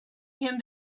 him